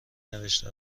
نوشته